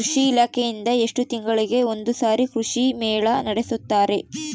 ಕೃಷಿ ಇಲಾಖೆಯಿಂದ ಎಷ್ಟು ತಿಂಗಳಿಗೆ ಒಂದುಸಾರಿ ಕೃಷಿ ಮೇಳ ನಡೆಸುತ್ತಾರೆ?